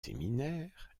séminaire